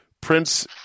Prince